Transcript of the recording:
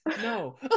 No